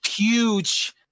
Huge